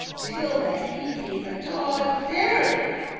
till that he be adawed verily.